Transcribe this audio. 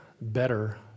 better